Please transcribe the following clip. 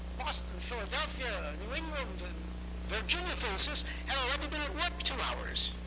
boston, philadelphia, new england, their had already been at work two hours.